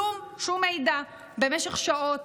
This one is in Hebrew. כלום, שום מידע במשך שעות.